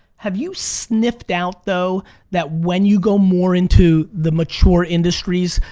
have you sniffed out though that when you go more into the mature industries,